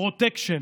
פרוטקשן,